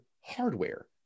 hardware